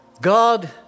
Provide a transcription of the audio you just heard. God